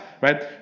right